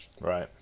right